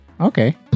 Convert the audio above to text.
Okay